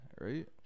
Right